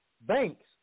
banks